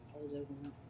apologizing